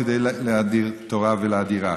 כדי להאדיר תורה ולהאדירה.